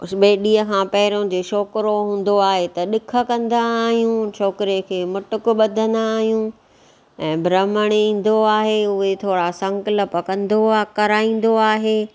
वेॾीअ खां पहिरियों जे छोकरो हूंदो आहे त ॾिख कंदा आहियूं छोकरे खे मुकुटु बधंदा आहियूं ऐं ब्राम्हण ईंदो आहे उहे थोरा संकलप कंदो आहे कराईंदो आहे